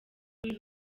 kuri